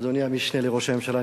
אדוני המשנה לראש הממשלה,